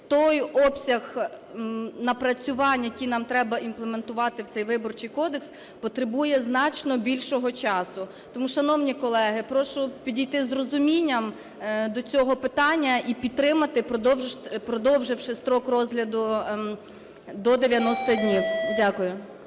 Той обсяг напрацювань, які нам треба імплементувати в цей Виборчий кодекс, потребує значно більшого часу. Тому, шановні колеги, прошу підійти з розумінням до цього питання і підтримати, продовживши строк розгляду до 90 днів. Дякую.